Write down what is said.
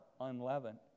unleavened